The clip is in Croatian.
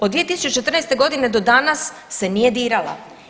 Od 2014. godine do danas se nije dirala.